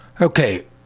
Okay